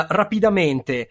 rapidamente